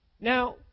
Now